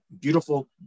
beautiful